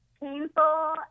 painful